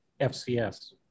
fcs